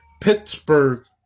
Pittsburgh